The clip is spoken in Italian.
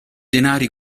denari